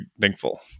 thankful